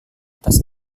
atas